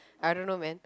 I don't know man